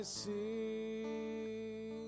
see